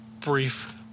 brief